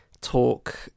talk